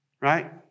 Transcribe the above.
right